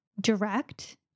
direct